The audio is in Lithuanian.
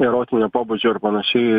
erotinio pobūdžio ir panašiai